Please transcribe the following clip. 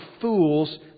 fools